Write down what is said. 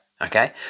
okay